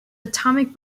atomic